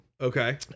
Okay